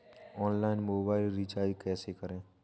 Online mobile recharge कैसे करें?